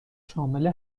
شامل